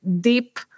deep